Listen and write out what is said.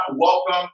welcome